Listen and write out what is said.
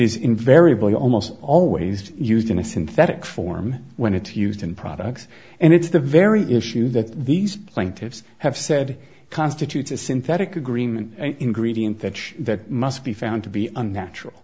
is invariably almost always used in a synthetic form when it's used in products and it's the very issue that these plaintiffs have said constitutes a synthetic agreement ingredient that that must be found to be unnatural